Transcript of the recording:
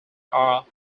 are